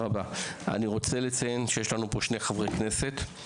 אני רוצה לציין שיש לנו פה שני חברי כנסת.